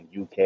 UK